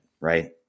right